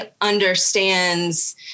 understands